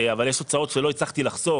אבל יש הוצאות שלא הצלחתי לחסוך.